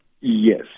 Yes